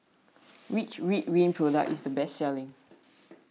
which Ridwind product is the best selling